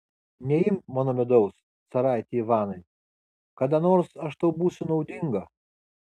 neimk mano medaus caraiti ivanai kada nors aš tau būsiu naudinga